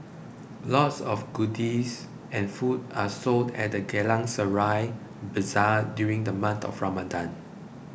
lots of goodies and food are sold at the Geylang Serai Bazaar during the month of Ramadan